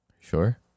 Sure